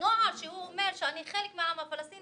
נוער שהוא אומר שהוא חלק מהעם הפלסטיני